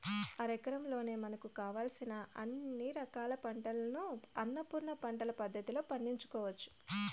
అరెకరంలోనే మనకు కావలసిన అన్ని రకాల పంటలను అన్నపూర్ణ పంటల పద్ధతిలో పండించుకోవచ్చు